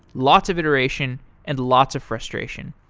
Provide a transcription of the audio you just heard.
lots of iteration and lots of frustration.